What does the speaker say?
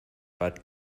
bat